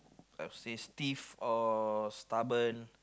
I would say stiff or stubborn